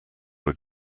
were